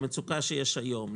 במצוקה שיש היום,